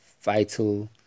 vital